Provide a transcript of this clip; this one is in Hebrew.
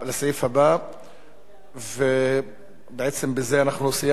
בעצם בזה אנחנו סיימנו את פרק החקיקה,